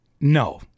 No